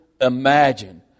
imagine